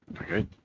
Okay